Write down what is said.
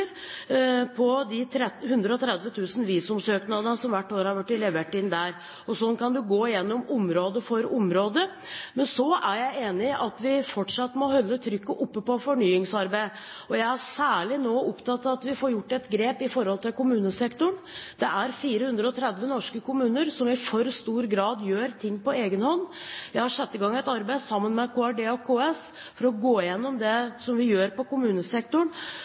på de 130 000 visumsøknadene som hvert år er blitt levert inn der. Slik kan man gå igjennom område for område. Men jeg er enig i at vi fortsatt må holde trykket oppe på fornyingsarbeidet. Jeg er nå særlig opptatt av at vi får gjort et grep når det gjelder kommunesektoren. Det er 430 norske kommuner som i for stor grad gjør ting på egen hånd. Jeg har satt i gang et arbeid sammen med Kommunal- og regionaldepartementet og KS for å gå igjennom det vi gjør på kommunesektoren.